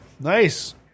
Nice